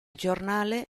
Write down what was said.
giornale